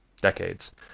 decades